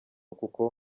kuko